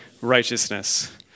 righteousness